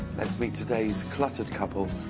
let's meet today's cluttered couple,